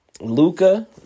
Luca